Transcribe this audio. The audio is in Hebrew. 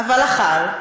אבל אכל.